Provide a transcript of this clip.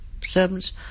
servants